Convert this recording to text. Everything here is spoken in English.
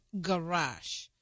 Garage